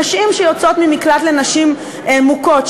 נשים שיוצאות ממקלט לנשים מוכות,